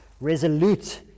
resolute